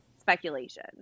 speculation